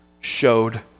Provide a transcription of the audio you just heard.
showed